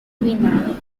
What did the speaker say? winner